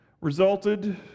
resulted